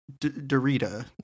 Dorita